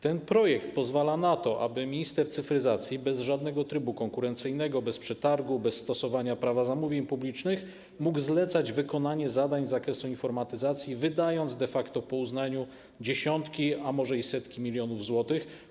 Ten projekt pozwala na to, aby minister cyfryzacji bez żadnego trybu konkurencyjnego, bez przetargu, bez stosowania Prawa zamówień publicznych mógł zlecać wykonanie zadań z zakresu informatyzacji, wydając de facto według uznania dziesiątki, a może i setki milionów złotych.